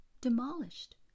demolished